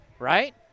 Right